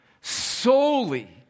solely